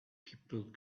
people